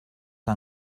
que